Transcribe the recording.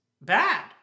bad